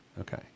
Okay